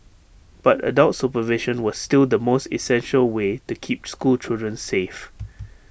but adult supervision was still the most essential way to keep school children safe